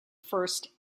first